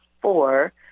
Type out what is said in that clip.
four